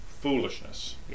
foolishness